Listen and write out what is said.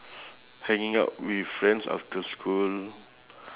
hanging out with friends after school